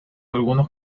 algunos